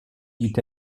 dit